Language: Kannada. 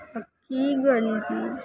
ಅಕ್ಕಿ ಗಂಜಿ